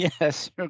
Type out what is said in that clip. yes